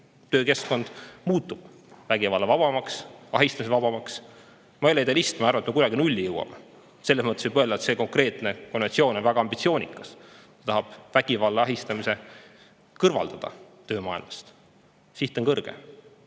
töökeskkond muutub vägivallavabamaks, ahistamisvabamaks. Ma ei ole idealist, ma ei arva, et see kunagi nulli jõuab. Selles mõttes võib öelda, et see konkreetne konventsioon on väga ambitsioonikas, tahab vägivalla ja ahistamise kõrvaldada töömaailmast. Siht on kõrge.